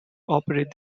operate